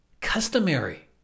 customary